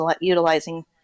utilizing